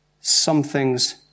something's